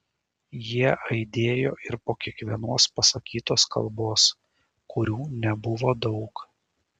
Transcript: jie aidėjo ir po kiekvienos pasakytos kalbos kurių nebuvo daug